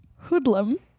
Hoodlum